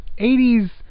80s